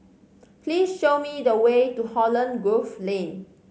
please show me the way to Holland Grove Lane